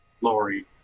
Lori